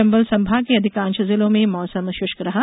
चंबल संभाग के अधिकांश जिलों में मौसम शुष्क रहा